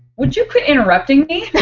would you quit interrupting me?